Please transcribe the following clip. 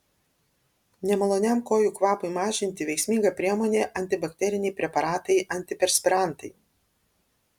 nemaloniam kojų kvapui mažinti veiksminga priemonė antibakteriniai preparatai antiperspirantai